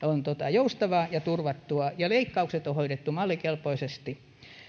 joustavaa ja turvattua ja leikkaukset on hoidettu mallikelpoisesti